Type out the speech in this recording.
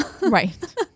right